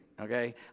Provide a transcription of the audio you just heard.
okay